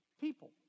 people